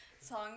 Song